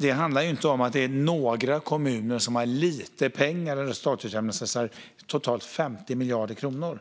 Det handlar inte om att några kommuner har lite pengar i resultatutjämningsreserven, utan det finns totalt 50 miljarder kronor